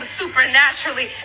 supernaturally